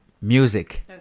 music